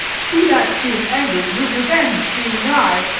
she that, being anger'd, her revenge being nigh,